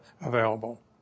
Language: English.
available